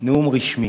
נאום רשמי?